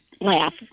laugh